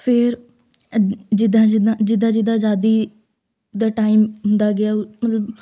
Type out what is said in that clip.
ਫਿਰ ਜਿੱਦਾਂ ਜਿੱਦਾਂ ਜਿੱਦਾਂ ਜਿੱਦਾਂ ਅਜ਼ਾਦੀ ਦਾ ਟਾਈਮ ਹੁੰਦਾ ਗਿਆ ਮਤਲਬ